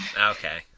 Okay